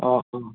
okay എന്നാൽ